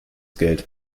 geld